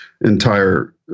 entire